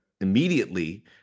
immediately